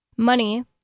money